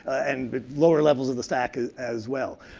and but lower levels of the stack as as well.